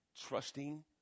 trusting